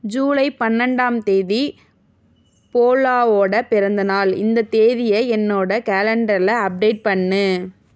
ஜூலை பன்னெண்டாம் தேதி போலாவோட பிறந்தநாள் இந்த தேதியை என்னோட கேலண்டரில் அப்டேட் பண்ணு